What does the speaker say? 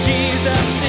Jesus